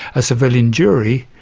a civilian jury.